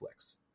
Netflix